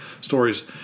stories